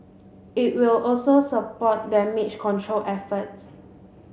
it will also support damage control efforts